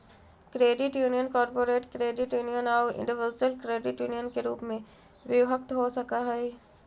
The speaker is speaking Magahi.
credit union corporate credit union आउ इंडिविजुअल क्रेडिट यूनियन के रूप में विभक्त हो सकऽ हइ